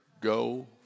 go